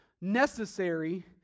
necessary